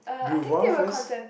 Bevour first